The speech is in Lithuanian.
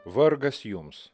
vargas jums